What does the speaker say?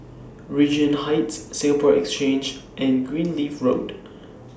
Regent Heights Singapore Exchange and Greenleaf Road